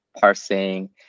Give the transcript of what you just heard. parsing